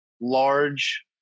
large